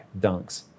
dunks